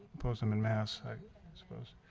oppose him in mass i suppose